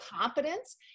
confidence